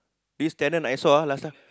this tenant I saw ah last time